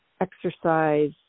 exercise